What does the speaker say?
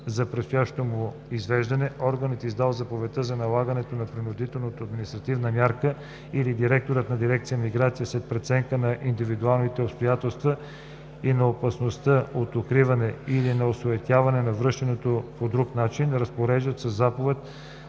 за предстоящото му извеждане, органът, издал заповедта за налагане на принудителната административна мярка, или директорът на дирекция „Миграция“ след преценка на индивидуалните обстоятелства и на опасността от укриване или на осуетяване на връщането по друг начин разпореждат със заповед